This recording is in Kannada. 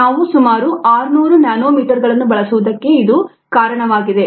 ನಾವು ಸುಮಾರು 600 ನ್ಯಾನೊಮೀಟರ್ಗಳನ್ನು ಬಳಸುವುದಕ್ಕೆ ಇದು ಕಾರಣವಾಗಿದೆ